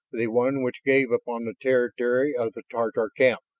the one which gave upon the territory of the tatar camp.